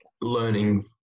learning